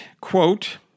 quote